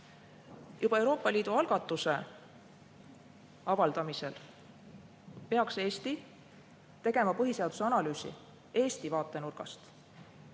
Juba Euroopa Liidu algatuse avaldamisel peaksime tegema põhiseadusepärasuse analüüsi Eesti vaatenurgast.